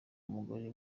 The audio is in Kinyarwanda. umugore